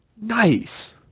nice